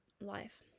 life